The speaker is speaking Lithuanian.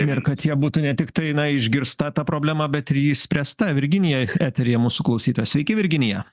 ir kad jie būtų ne tiktai na išgirsta ta problema bet ji ir išspręsta virginija eteryje mūsų klausytoja sveiki virginija